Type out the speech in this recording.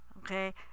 okay